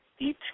Eat